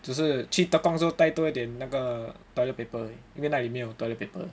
只是去 Tekong 的时候带多一点那个 toilet paper 而已因为那里没有 toilet paper